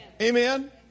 Amen